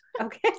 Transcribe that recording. Okay